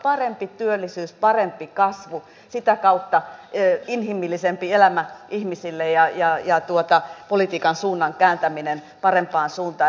parempi työllisyys parempi kasvu sitä kautta inhimillisempi elämä ihmisille ja politiikan suunnan kääntäminen parempaan suuntaan